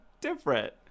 different